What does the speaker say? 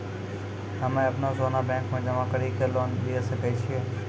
हम्मय अपनो सोना बैंक मे जमा कड़ी के लोन लिये सकय छियै?